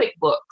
QuickBooks